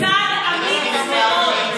זה צעד אמיץ מאוד.